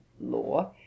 law